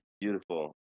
Beautiful